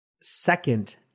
Second